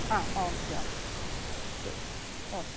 ആ okay okay ശരി ഓ